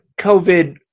COVID